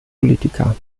politiker